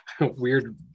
weird